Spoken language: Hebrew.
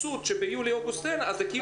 הסבסוד שביולי אוגוסט אין אז זה כאילו